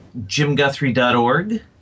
JimGuthrie.org